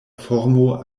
formo